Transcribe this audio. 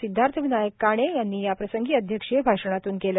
सिध्दार्थ विनायक काणे यांनी याप्रसंगी अध्यक्षीय भाषणातून केले